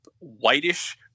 whitish